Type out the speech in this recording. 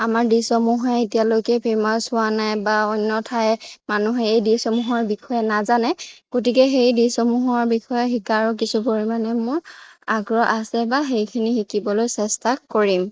আমাৰ ডিচসমূহে এতিয়ালৈকে ফেমাচ হোৱা নাই বা অন্য ঠাইৰ মানুহে এই ডিচসমূহৰ বিষয়ে নাজানে গতিকে সেই ডিচসমূহৰ বিষয়ে শিকাৰো কিছুপৰিমাণে মোৰ আগ্ৰহ আছে বা সেইখিনি শিকিবলৈ চেষ্টা কৰিম